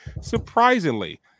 surprisingly